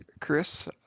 Chris